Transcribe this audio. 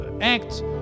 act